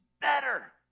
better